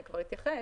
אני כבר אתייחס.